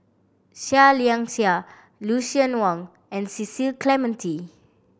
Seah Liang Seah Lucien Wang and Cecil Clementi